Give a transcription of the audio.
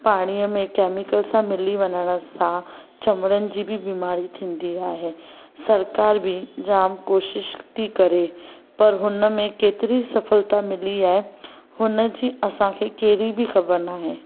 पाणीअ में केमिकल सां मिली वञण सां चमड़नि जी बि बीमारी थींदी आहे सरकार बि जाम कोशिशि थी करे पर हुनमें केतिरी सफलता मिली आहे हुनजी असांखे कहिड़ी बि ख़बर नाहे